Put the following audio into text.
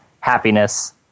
happiness